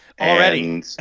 already